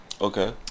okay